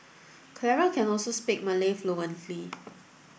Clara can also speak Malay fluently